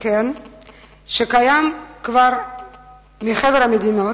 שקיים כבר מחבר המדינות,